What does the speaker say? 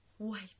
Wait